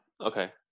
Okay